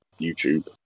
YouTube